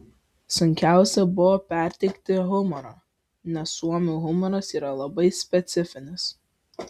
sunkiausia buvo perteikti humorą nes suomių humoras yra labai specifinis